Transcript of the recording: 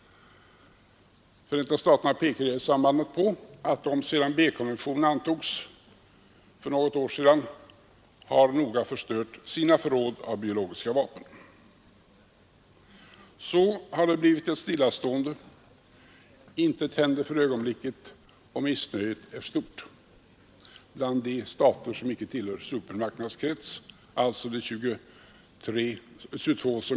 Förenta staterna pekar i det sammanhanget på att de sedan B-konventionen antogs för något år sedan noga har förstört sina förråd av biologiska vapen. Så har det blivit ett stillastående. Intet händer för ögonblicket, och missnöjet är stort bland de 22 stater som icke tillhör supermakternas krets.